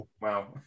Wow